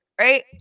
Right